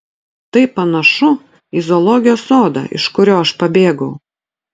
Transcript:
tai panašu į zoologijos sodą iš kurio aš pabėgau